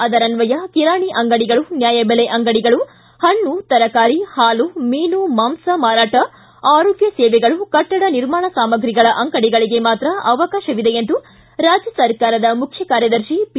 ಅದರನ್ನಯ ಕಿರಾಣಿ ಅಂಗಡಿಗಳು ನ್ನಾಯಬೆಲೆ ಅಂಗಡಿಗಳು ಹಣ್ಣು ತರಕಾರಿ ಹಾಲು ಮೀನು ಮಾಂಸ ಮಾರಾಟ ಆರೋಗ್ಯ ಸೇವೆಗಳು ಕಟ್ಟಡ ನಿರ್ಮಾಣ ಸಾಮಗ್ರಿಗಳ ಅಂಗಡಿಗಳಿಗೆ ಮಾತ್ರ ಅವಕಾಶವಿದೆ ಎಂದು ರಾಜ್ಯ ಸರ್ಕಾರದ ಮುಖ್ಯ ಕಾರ್ಯದರ್ಶಿ ಪಿ